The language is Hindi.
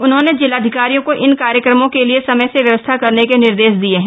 उन्होंने जिलाधिकारियों को इन कार्यक्रमों के लिए समय से व्यवस्था करने के निर्देश दिये हैं